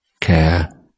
care